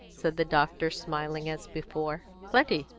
said the doctor, smiling as before. plenty.